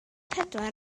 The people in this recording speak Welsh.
pedwar